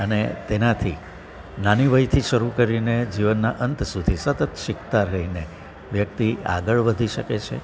અને તેનાથી નાની વયથી શરૂ કરીને જીવનના અંત સુધી સતત શિખતા રહીને વ્યક્તિ આગળ વધી શકે છે